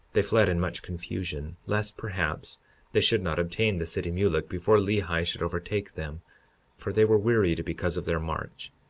they fled in much confusion, lest perhaps they should not obtain the city mulek before lehi should overtake them for they were wearied because of their march,